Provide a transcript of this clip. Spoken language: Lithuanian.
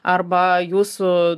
arba jūsų